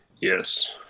Yes